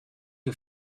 who